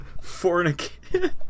fornication